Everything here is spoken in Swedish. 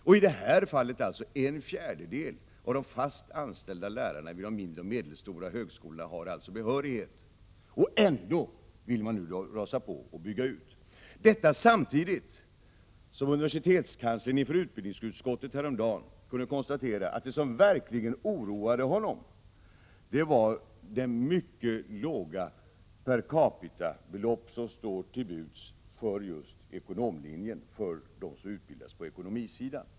I detta fall är det endast en fjärdedel av de fast anställda lärarna vid de mindre och medelstora högskolorna som är behöriga. Ändå vill man rasa på och bygga ut. Samtidigt kunde universitetskanslern inför utbildningsutskottet häromdagen konstatera att det som verkligen oroade honom var det mycket låga per capita-belopp som står till buds för just ekonomlinjen, för dem som utbildas på ekonomisidan.